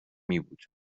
میبود